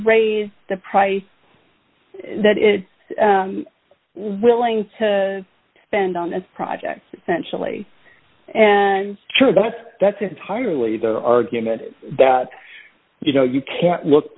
raise the price that it willing to spend on this project sensually and sure that's that's entirely their argument is that you know you can't look